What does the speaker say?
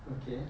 okay